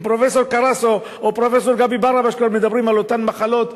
אם פרופסור קרסו או פרופסור גבי ברבש כבר מדברים על אותן מחלות,